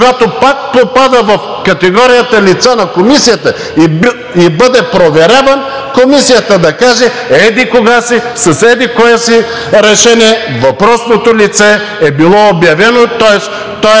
попадне в категорията лица на Комисията и бъде проверяван, Комисията да каже – еди-кога си, с еди-кое си решение въпросното лице е било обявено, тоест той е